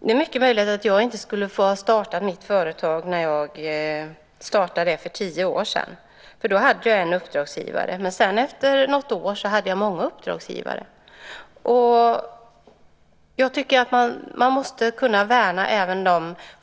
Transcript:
det mycket möjligt att jag inte skulle ha fått starta mitt företag när jag startade det för tio år sedan. Då hade jag bara en uppdragsgivare. Men sedan, efter något år, hade jag många. Jag tycker att man måste kunna värna även dessa företagare.